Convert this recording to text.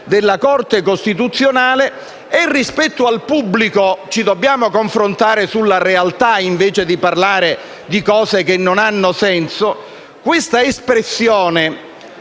della Corte costituzionale, mentre rispetto al pubblico ci dobbiamo confrontare sulla realtà invece di parlare di cose che non hanno senso - quest'espressione